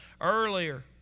Earlier